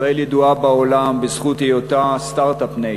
ישראל ידועה בעולם בזכות היותה .Start-up Nation